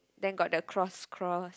then got the cross cross